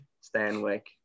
stanwick